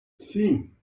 sim